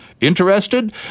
Interested